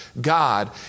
God